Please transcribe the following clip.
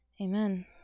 amen